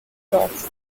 stocks